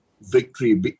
victory